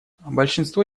большинство